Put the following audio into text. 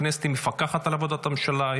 הכנסת מפקחת על עבודת הממשלה.